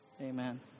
amen